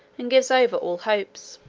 and gives over all hopes.